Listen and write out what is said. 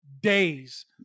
days